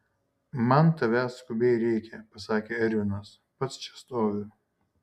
man tavęs skubiai reikia pasakė ervinas pats čia stoviu